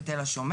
בתל השומר